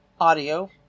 audio